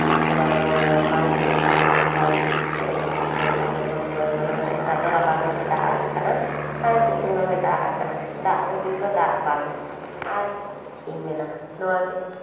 ᱚᱱᱟ ᱫᱚ ᱵᱟᱝ ᱦᱩᱭᱩᱜ ᱠᱟᱱᱟ ᱡᱚᱠᱷᱚᱱ ᱵᱟᱝ ᱫᱚᱨᱠᱟᱨ ᱛᱚᱠᱷᱚᱱ ᱫᱚ ᱡᱮᱢᱚᱱ ᱱᱮᱛᱟᱨ ᱫᱚ ᱨᱟᱵᱟᱝ ᱨᱮᱦᱚᱸᱭ ᱫᱟᱜ ᱟᱜ ᱠᱟᱱᱟ ᱟᱨ ᱥᱤᱛᱩᱝ ᱨᱮᱦᱚᱸᱭ ᱫᱟᱜ ᱟᱜ ᱠᱟᱱᱟ ᱫᱟᱜ ᱟᱵᱟᱨ ᱫᱤᱱ ᱫᱚ ᱫᱟᱜ ᱵᱟᱝ ᱟᱨ ᱪᱮᱫ ᱤᱧ ᱢᱮᱱᱟ ᱱᱚᱣᱟᱜᱮ